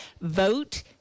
vote